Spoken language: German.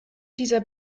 dieser